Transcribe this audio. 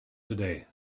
today